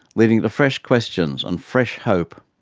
leading to fresh questions and fresh hope.